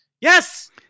Yes